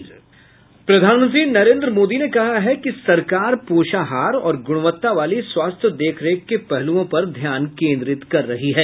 प्रधानमंत्री नरेन्द्र मोदी ने कहा है कि सरकार पोषाहार और गुणवत्ता वाली स्वास्थ्य देखरेख के पहलुओं पर ध्यान केंद्रित कर रही है